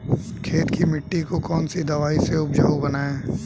खेत की मिटी को कौन सी दवाई से उपजाऊ बनायें?